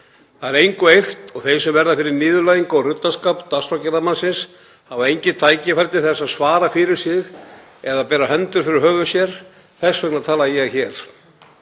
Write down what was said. Það er engu eirt og þeir sem verða fyrir niðurlægingu og ruddaskap dagskrárgerðarmannsins hafa engin tækifæri til að svara fyrir sig eða bera hönd fyrir höfuð sér. Þess vegna tala ég hér.